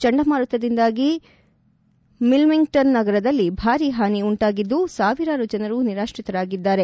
ಚಂಡಮಾರುತದಿಂದಾಗಿ ವಿಲ್ಮಿಂಗ್ಟನ್ ನಗರದಲ್ಲಿ ಭಾರಿ ಹಾನಿ ಉಂಟಾಗಿದ್ದು ಸಾವಿರಾರು ಜನರು ನಿರಾತ್ರಿತರಾಗಿದ್ದಾರೆ